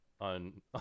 on